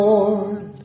Lord